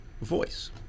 voice